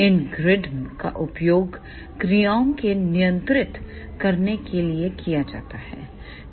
इन ग्रिडों का उपयोग क्रियाओं को नियंत्रित करने के लिए किया जाता है